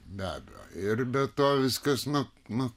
be abejo ir be to viskas nu nu